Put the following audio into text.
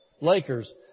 Lakers